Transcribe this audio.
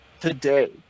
today